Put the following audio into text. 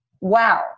Wow